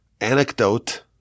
anecdote